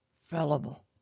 fallible